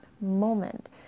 moment